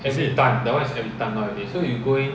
is it